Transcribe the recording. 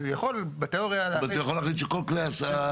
למשל,